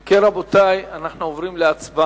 אם כן, רבותי, אנחנו עוברים להצבעה.